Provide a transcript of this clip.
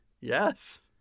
Yes